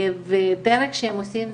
ודרך שהם עושים,